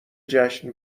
جشن